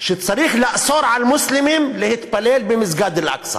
שצריך לאסור על מוסלמים להתפלל במסגד אל-אקצא.